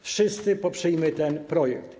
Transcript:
Wszyscy poprzyjmy ten projekt.